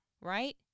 right